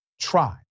try